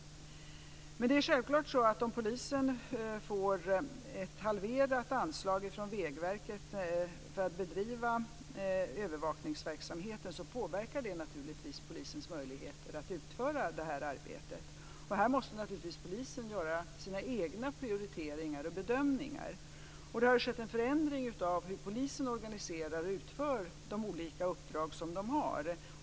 Om polisen får ett halverat anslag från Vägverket för att bedriva övervakningsverksamheten påverkar det självfallet polisens möjligheter att utföra arbetet. Här måste naturligtvis polisen göra sina egna prioriteringar och bedömningar. Det har skett en förändring i hur polisen organiserar och utför de olika uppdrag som den har.